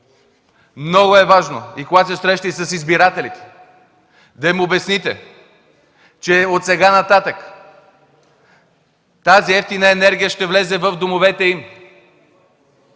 Много е важно, когато се срещате с избирателите, да им обясните, че отсега нататък тази евтина енергия ще влезе в домовете им!